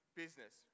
business